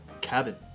cabin